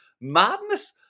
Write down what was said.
madness